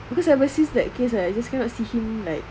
because ever since that case right I just cannot see him like